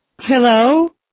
Hello